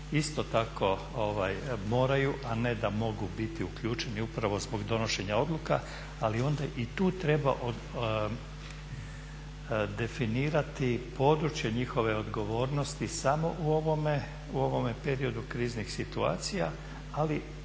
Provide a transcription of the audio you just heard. isto tako moraju a ne da mogu biti uključeni upravo zbog donošenja odluka ali onda i tu treba definirati područje njihove odgovornosti samo u ovome periodu kriznih situacija. Ali s